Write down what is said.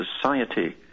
society